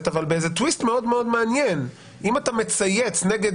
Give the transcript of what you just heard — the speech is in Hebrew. - אבל בטוויסט מאוד-מאוד מעניין: אם אתה מצייץ נגד